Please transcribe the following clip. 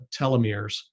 telomeres